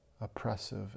oppressive